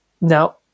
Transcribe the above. Now